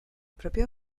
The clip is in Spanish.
propio